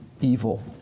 evil